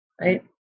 right